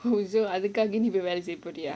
அதுக்காக வேல செய்ய போறியா:adhukaaga vela seiya poriyaa